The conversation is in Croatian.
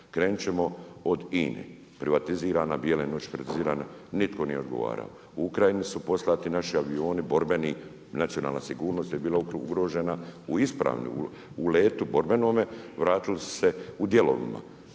Krenut ćemo od INA-e, privatizirana, Bijele noći privatizirane, nitko nije odgovarao. U Ukrajinu su poslati naši avioni borbeni, nacionalna sigurnost je bila ugrožena u ispravnome, u letu službenome vratili su se u dijelovima.